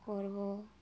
করব